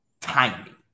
timing